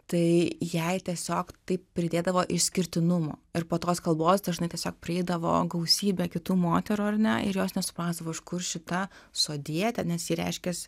tai jai tiesiog tai pridėdavo išskirtinumo ir po tos kalbos dažnai tiesiog prieidavo gausybė kitų moterų ar ne ir jos nesuprasdavo iš kur šita sodietė nes ji reiškias